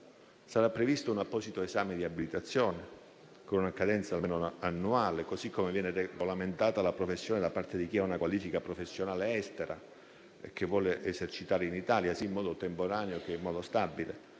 Sarà previsto un apposito esame di abilitazione, con una cadenza almeno annuale, così come viene regolamentata la professione da parte di chi ha una qualifica professionale estera e che vuole esercitare in Italia, sia in modo temporaneo sia in modo stabile.